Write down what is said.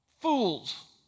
fools